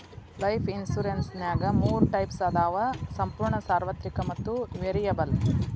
life ಇನ್ಸುರೆನ್ಸ್ನ್ಯಾಗ ಮೂರ types ಅದಾವ ಸಂಪೂರ್ಣ ಸಾರ್ವತ್ರಿಕ ಮತ್ತ ವೇರಿಯಬಲ್